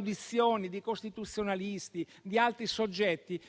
dei costituzionalisti e di altri soggetti,